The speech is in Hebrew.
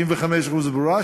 95% ברורה,